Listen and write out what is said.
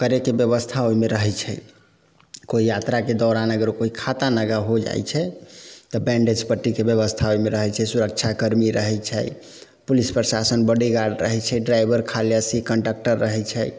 करैके व्यवस्था ओइमे रहै छै कोइ यात्राके दौरान अगर कोइ खाता नागा हो जाइ छै तऽ बैन्डेज पट्टीके व्यवस्था ओइमे रहै छै सुरक्षाकर्मी ओइमे रहै छै पुलिस प्रशासन बॉडीगार्ड रहै छै सुरक्षाकर्मी रहै छै पुलिस प्रशासन बॉडीगार्ड रहै छै खलासी कन्डक्टर रहै छै